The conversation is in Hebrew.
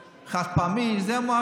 חד-פעמי, זה.